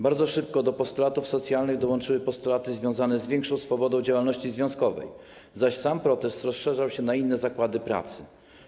Bardzo szybko do postulatów socjalnych dołączyły postulaty związane z większą swobodą działalności związkowej, zaś sam protest rozszerzał się na inne zakłady pracy.